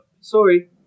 Sorry